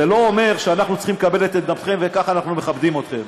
זה לא אומר שאנחנו צריכים לקבל את עמדתכם וכך אנחנו מכבדים אתכם,